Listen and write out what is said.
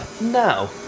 now